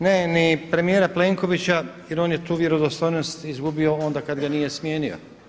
Ne ni premijera Plenkovića jer on je tu vjerodostojnost izgubio onda kada ga nije smijenio.